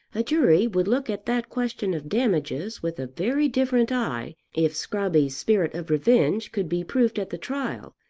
a jury would look at that question of damages with a very different eye if scrobby's spirit of revenge could be proved at the trial,